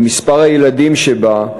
למספר הילדים שבה,